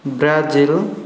Brazil